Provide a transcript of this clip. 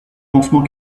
pansement